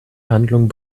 handlung